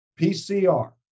PCR